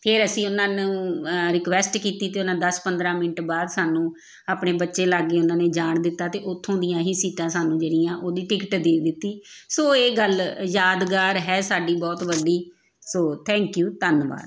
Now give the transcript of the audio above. ਫਿਰ ਅਸੀਂ ਉਹਨਾਂ ਨੂੰ ਰਿਕੁਐਸਟ ਕੀਤੀ ਅਤੇ ਉਹਨਾਂ ਦੱਸ ਪੰਦਰਾਂ ਮਿੰਟ ਬਾਅਦ ਸਾਨੂੰ ਆਪਣੇ ਬੱਚੇ ਲਾਗੇ ਉਹਨਾਂ ਨੇ ਜਾਣ ਦਿੱਤਾ ਅਤੇ ਉੱਥੋਂ ਦੀਆਂ ਹੀ ਸੀਟਾਂ ਸਾਨੂੰ ਜਿਹੜੀਆਂ ਉਹਦੀ ਟਿਕਟ ਦੇ ਦਿੱਤੀ ਸੋ ਇਹ ਗੱਲ ਯਾਦਗਾਰ ਹੈ ਸਾਡੀ ਬਹੁਤ ਵੱਡੀ ਸੋ ਥੈਂਕ ਯੂ ਧੰਨਵਾਦ